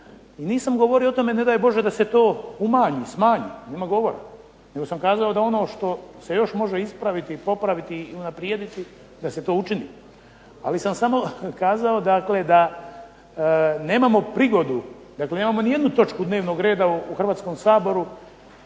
Nisam govorio o tome, ne daj Bože, da se to umanji, smanji, nema govora. Nego sam kazao da ono što se još može ispraviti i popraviti i unaprijediti sve se to učini. Ali sam samo kazao dakle da nemamo prigodu, dakle nemamo ni jednu točku dnevnog reda u Hrvatskom saboru